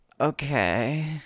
Okay